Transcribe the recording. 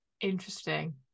Interesting